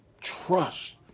trust